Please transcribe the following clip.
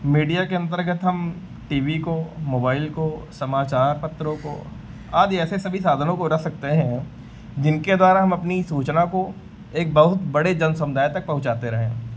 media के अन्तर्गत हम टी वी को मोबाइल को समाचार पत्रों को आदि ऐसे सभी साधनों को रख सकते हैं जिनके द्वारा हम अपनी सूचना को एक बहुत बड़े जन समुदाय तक पहुँचाते रहे हैं